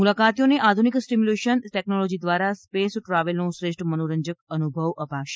મુલાકાતીઓને આધુનિક stimulation technology દ્વારા સ્પેસ ટ્રાવેલનો શ્રેષ્ઠ મનોરંજક અનુભવ અપાશે